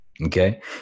Okay